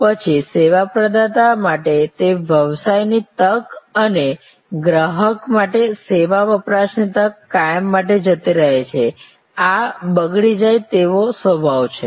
પછી સેવા પ્રદાતા માટે તે વ્યવસાયની તક અને ગ્રાહક માટે સેવા વપરાશની તક કાયમ માટે જતી રહે છે આ બગડી જાય એવો સ્વભાવ છે